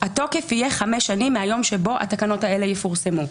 התוקף יהיה חמש שנים מהיום שבו התקנות האלה יפורסמו.